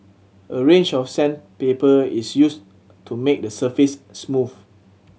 a range of sandpaper is used to make the surface smooth